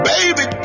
Baby